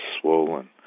swollen